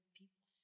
people